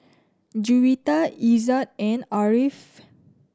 Juwita Izzat and Ariff